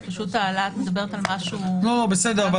היא מדברת על משהו --- בסדר,